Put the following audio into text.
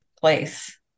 place